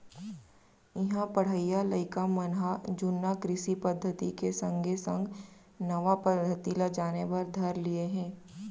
इहां पढ़इया लइका मन ह जुन्ना कृषि पद्धति के संगे संग नवा पद्धति ल जाने बर धर लिये हें